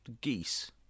geese